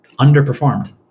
underperformed